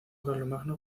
carlomagno